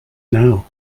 now